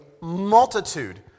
multitude